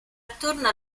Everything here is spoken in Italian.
attorno